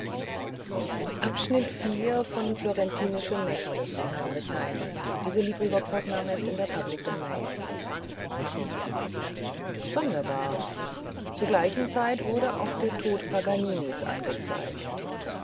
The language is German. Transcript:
verloren sonderbar zu gleicher zeit wurde auch der tod paganinis angezeigt